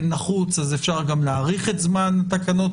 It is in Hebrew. נחוץ אז אפשר גם להאריך את זמן התקנות